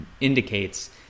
indicates